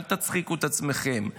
אל תצחיקו את עצמכם.